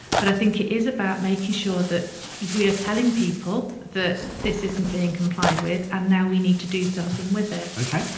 but i think it is about making sure that we are telling people that this isn't being complied with and now we need to do something with it okay.